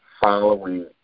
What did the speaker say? following